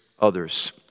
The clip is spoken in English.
others